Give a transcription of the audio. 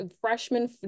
freshman